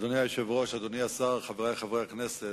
אדוני היושב-ראש, אדוני השר, חברי חברי הכנסת,